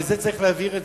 ואת זה צריך להבהיר,